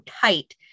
tight